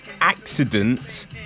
accidents